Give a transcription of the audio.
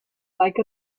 like